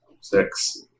Six